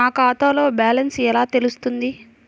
నా ఖాతాలో బ్యాలెన్స్ ఎలా తెలుస్తుంది?